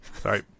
sorry